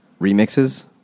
Remixes